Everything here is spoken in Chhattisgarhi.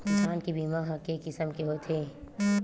धान के बीजा ह के किसम के होथे?